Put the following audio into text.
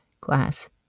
glass